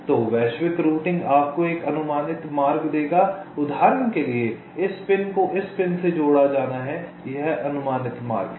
तो वैश्विक रूटिंग आपको एक अनुमानित मार्ग देगा उदाहरण के लिए इस पिन को इस पिन से जोड़ा जाना है यह अनुमानित मार्ग है